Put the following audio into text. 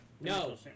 No